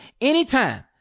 anytime